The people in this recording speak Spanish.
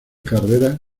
carreras